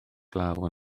glaw